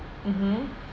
mmhmm